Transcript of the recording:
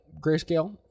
Grayscale